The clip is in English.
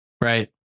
right